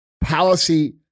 policy